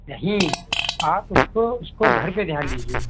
यही आप उसको उसको घर पर ध्यान दीजिए